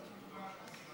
הטבות המס.